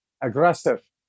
aggressive